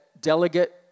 delegate